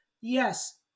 Yes